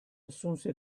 assunse